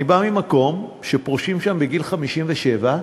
אני בא ממקום שפורשים בו בגיל 57,